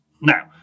Now